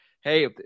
hey